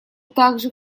также